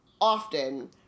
often